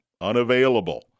unavailable